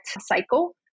cycle